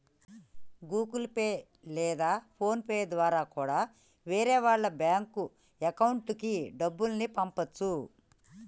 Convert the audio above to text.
Google Pay లేదా PhonePe ద్వారా కూడా వేరే వాళ్ళ బ్యేంకు అకౌంట్లకి డబ్బుల్ని పంపచ్చు